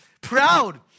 Proud